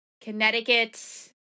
Connecticut